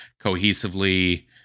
cohesively